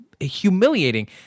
humiliating